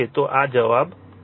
તો આ જવાબ છે